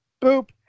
boop